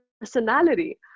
personality